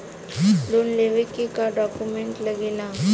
Loan लेवे के का डॉक्यूमेंट लागेला?